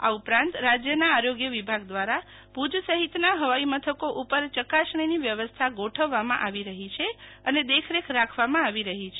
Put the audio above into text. આ ઉપરાંત રાજ્યના આરોગ્ય વિભાગ દ્વારા ભુજ સહિતના હવાઈ મથકો ઉપર ચકાસણીની વ્યવસ્થા ગોઠવવામાં આવી રહી છે અને દેખરેખ રાખવામાં આવી રહી છે